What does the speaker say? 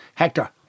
Hector